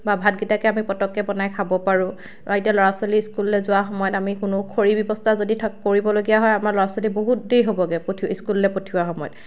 বা ভাতকিতাকে আমি পটককৈ বনাই খাব পাৰোঁ বা এতিয়া ল'ৰা ছোৱালী স্কুললৈ যোৱাৰ সময়ত আমি কোনো খৰি ব্যৱস্থা যদি কৰিবলগীয়া হয় আমাৰ ল'ৰা ছোৱালী বহুত দেৰি হ'বগৈ স্কুললৈ পঠিওয়াৰ সময়ত